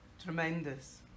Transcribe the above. Tremendous